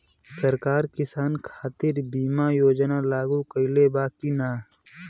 सरकार किसान खातिर बीमा योजना लागू कईले बा की ना?